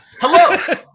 hello